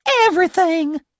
everything